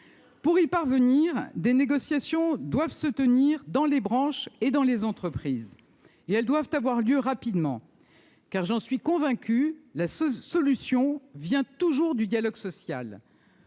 pour y parvenir, des négociations doivent se tenir dans les branches et dans les entreprises, et elles doivent avoir lieu rapidement, car j'en suis convaincu, la seule solution vient toujours du dialogue social.